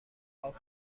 اَپ